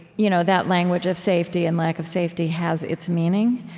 you know that language of safety and lack of safety has its meaning,